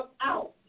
out